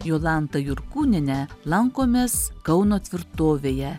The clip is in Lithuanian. jolanta jurkūniene lankomės kauno tvirtovėje